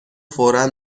فورا